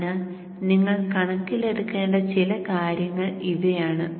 അതിനാൽ നിങ്ങൾ കണക്കിലെടുക്കേണ്ട ചില കാര്യങ്ങൾ ഇവയാണ്